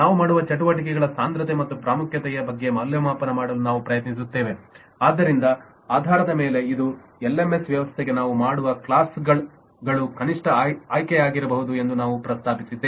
ನಾವು ಮಾಡುವ ಚಟುವಟಿಕೆಗಳ ಸಾಂದ್ರತೆ ಮತ್ತು ಪ್ರಾಮುಖ್ಯತೆಯ ಬಗ್ಗೆ ಮೌಲ್ಯಮಾಪನ ಮಾಡಲು ನಾವು ಪ್ರಯತ್ನಿಸುತ್ತೇವೆ ಇವುಗಳ ಆಧಾರದ ಮೇಲೆ ಇದು ಎಲ್ಎಂಎಸ್ ವ್ಯವಸ್ಥೆಗೆ ನಾವು ಮಾಡುವ ಕ್ಲಾಸ್ಗಳು ಕನಿಷ್ಠ ಆಯ್ಕೆಯಾಗಿರಬಹುದು ಎಂದು ನಾವು ಪ್ರಸ್ತಾಪಿಸಿದ್ದೇವೆ